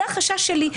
זה החשש שלי.